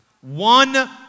One